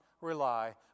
rely